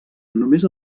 només